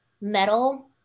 metal